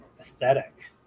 aesthetic